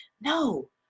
No